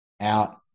out